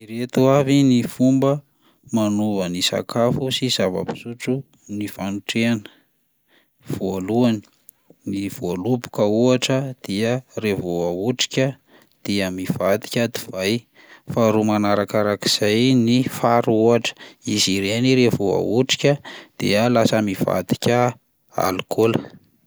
Ireto avy ny fomba manova ny sakafo sy zava-pisotro ny fanotrehana: voalohany, ny voaloboka ohatra dia raha vao ahotrika dia mivadika divay; faharoa manarakarak'izay ny fary ohatra, izy ireny raha vao ahotrika de lasa mivadika alikaola.